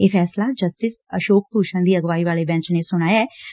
ਇਹ ਫੈਸਲਾ ਜਸਟਿਸ ਅਸ਼ੋਕ ਭੂਸ਼ਣ ਦੀ ਅਗਵਾਈ ਵਾਲੇ ਬੈਂਚ ਨੇ ਸੁਣਾਇਆ ਏ